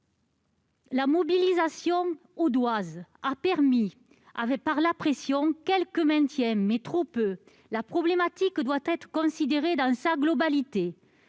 La mobilisation audoise a permis, par la pression, d'obtenir quelques maintiens, mais trop peu. La problématique doit être considérée dans sa globalité